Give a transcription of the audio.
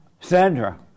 Sandra